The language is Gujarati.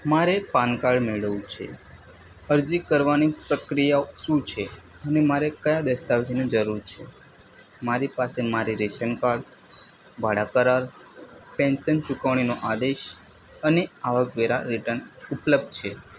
મારે પાનકાર્ડ મેળવવું છે અરજી કરવાની પ્રક્રિયાઓ શું છે અને મારે કયા દસ્તાવેજોની જરૂર છે મારી પાસે મારી રેશનકાર્ડ ભાડા કરાર પેન્શન ચૂકવણીનો આદેશ અને આવકવેરા રિટર્ન ઉપલબ્ધ છે